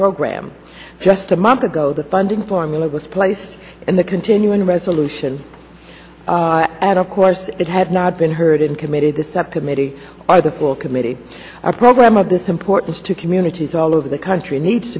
program just a month ago the funding formula was placed and the continuing resolution out of course it had not been heard in committee the subcommittee or the full committee our program of this importance to communities all over the country needs